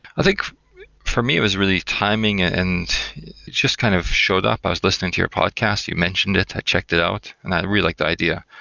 i think for me it was really timing and just kind of showed up. i was listening to your podcast. you mentioned it. i check it out and i really liked the idea.